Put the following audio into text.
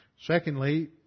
Secondly